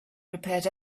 prepared